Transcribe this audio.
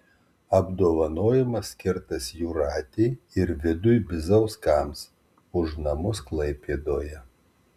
apdovanojimas skirtas jūratei ir vidui bizauskams už namus klaipėdoje